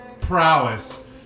prowess